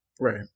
Right